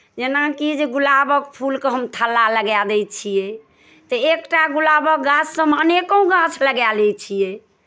जेनाकि जे गुलाबक फूलके हम थल्ला लगाए दै छियै तऽ एकटा गुलाबक गाछसँ हम अनेको गाछ लगा लै छियै